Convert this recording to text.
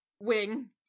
wing